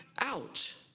out